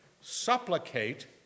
supplicate